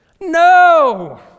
No